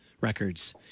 Records